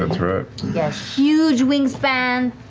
laura yeah, huge wing span,